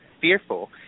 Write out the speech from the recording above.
fearful